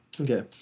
okay